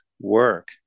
work